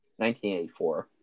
1984